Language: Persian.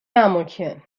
اماکن